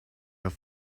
have